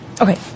Okay